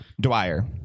Dwyer